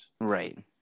Right